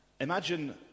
imagine